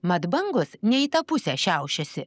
mat bangos ne į tą pusę šiaušiasi